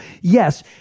yes